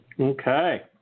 Okay